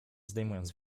zdejmując